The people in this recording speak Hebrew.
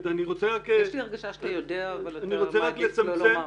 יש לי הרגשה שאתה יודע אבל אתה לא רוצה לומר.